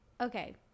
Okay